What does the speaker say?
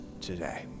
today